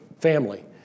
family